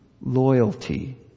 loyalty